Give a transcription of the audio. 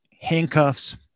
handcuffs